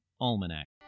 Almanac